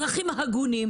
שהם אזרחים הגונים,